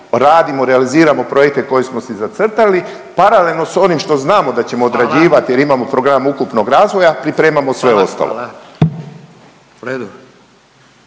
radimo realiziramo projekte koji smo si zacrtali, paralelno s onim što znamo da ćemo odrađivati jer imamo program ukupnog razvoja pripremamo sve ostalo.